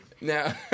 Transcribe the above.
Now